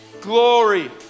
Glory